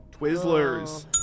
Twizzlers